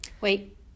Wait